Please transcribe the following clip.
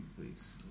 please